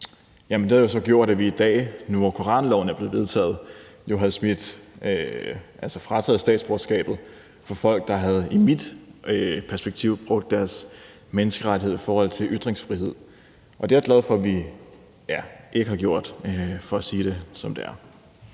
det gjort, at vi i dag, hvor koranloven er blevet vedtaget, havde taget statsborgerskabet fra folk, der, i mit perspektiv, havde brugt deres menneskerettighed i forhold til ytringsfrihed. Og det er jeg glad for at vi ikke har gjort, for at sige det, som det er.